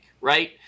right